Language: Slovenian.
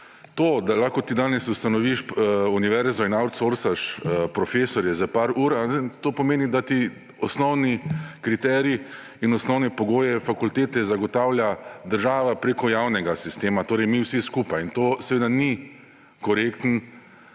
To, da lahko ti danes ustanoviš univerzo in outsorsaš profesorje za par ur, to pomeni, da ti osnovne kriterije in osnovne pogoje fakultete zagotavlja država preko javnega sistema, torej mi vsi skupaj, in to ni korekten